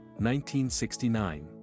1969